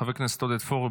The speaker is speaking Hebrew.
חבר הכנסת עודד פורר,